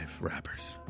rappers